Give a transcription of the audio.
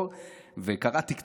וקראתי קצת עלייך.